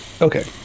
Okay